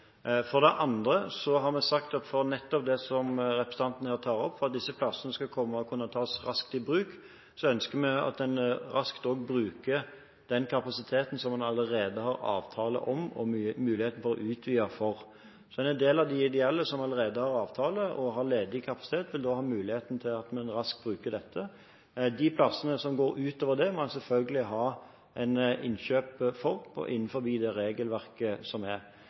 For det andre har vi sagt at for nettopp det representanten her tar opp – at disse plassene skal kunne tas raskt i bruk – ønsker vi at en raskt også bruker den kapasiteten som man allerede har avtale om og muligheten til å utvide. Så en del av de ideelle som allerede har avtale og har ledig kapasitet, vil da ha mulighet for at man raskt bruker dette. De plassene som går utover det, må man selvfølgelig ha innkjøp for, innenfor det regelverket som er.